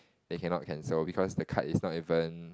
they cannot cancel because the card is not even